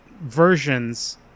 versions